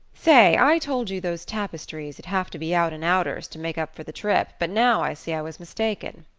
say i told you those tapestries'd have to be out and outers to make up for the trip but now i see i was mistaken.